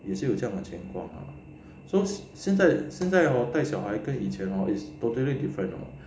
也是有这样的情况啊 so 现在现在 hor 带小孩跟以前 hor is totally different leh